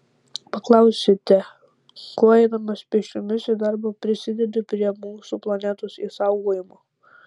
paklausite kuo eidamas pėsčiomis į darbą prisidedi prie mūsų planetos išsaugojimo